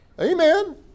Amen